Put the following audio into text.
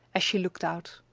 as she looked out.